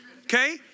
okay